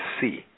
see